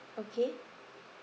okay